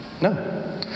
No